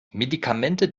medikamente